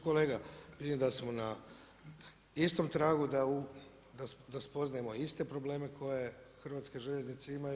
Kolega, vidim da smo na istom tragu, da spoznajemo iste probleme koje Hrvatske željeznice imaju.